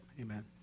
amen